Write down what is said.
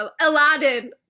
Aladdin